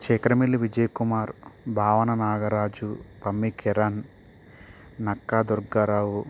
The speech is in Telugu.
శేఖరమిల్లి విజయకుమార్ భావన నాగరాజు రమ్మీ కిరణ్ నక్కా దుర్గారావు